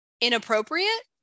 inappropriate